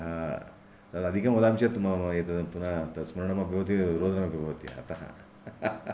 अतः तत् अधिकं वदामि चेत् मम् तत् पुनः स्मरणमपि भवति रोदनमपि भवति अतः